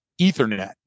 ethernet